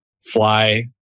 fly